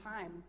time